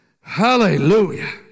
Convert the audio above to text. Hallelujah